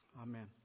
Amen